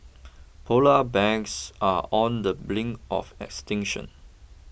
Polar Bears are on the brink of extinction